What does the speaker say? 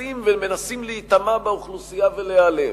נכנסים ומנסים להיטמע באוכלוסייה ולהיעלם.